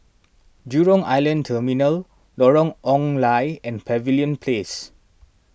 Jurong Island Terminal Lorong Ong Lye and Pavilion Place